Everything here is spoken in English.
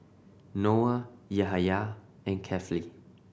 Noah Yahaya and Kefli